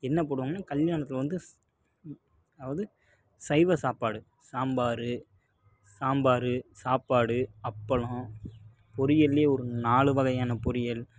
என்ன போடுவோம்னால் கல்யாணத்தில் வந்து அதாவது சைவ சாப்பாடு சாம்பார் சாம்பார் சாப்பாடு அப்பளம் பொரியல்லேயே ஒரு நாலு வகையான பொரியல்